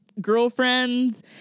girlfriends